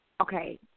okay